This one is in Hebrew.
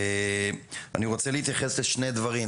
אני רוצה להתייחס לשני דברים.